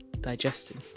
digesting